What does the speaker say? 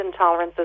intolerances